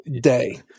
day